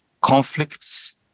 conflicts